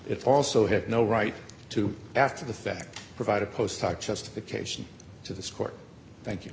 it also have no right to after the fact provide a postcard justification to this court thank you